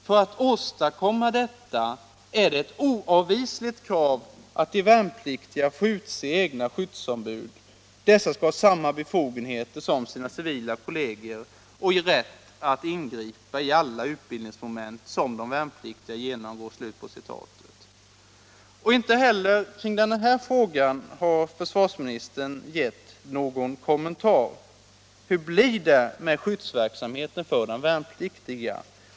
För att åstadkomma detta är det ett oavvisligt krav att de värnpliktiga får utse egna skyddsombud. Dessa skall ha samma befogenheter som sina civila kollegor och ha rätt att ingripa i alla utbildningsmoment, som de värnpliktiga genomgår.” Inte heller i denna fråga har försvarsministern gett någon kommentar. Hur blir det med skyddsverksamheten för de värnpliktiga?